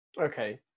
Okay